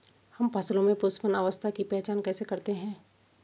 हम फसलों में पुष्पन अवस्था की पहचान कैसे करते हैं?